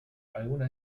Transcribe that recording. algunas